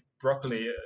broccoli